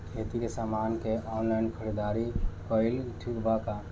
खेती के समान के ऑनलाइन खरीदारी कइल ठीक बा का?